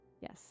Yes